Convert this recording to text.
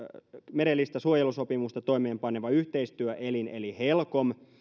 merellistä suojelusopimusta toimeenpaneva yhteistyöelin eli helcom